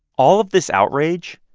all of this outrage,